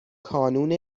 کانون